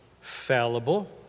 fallible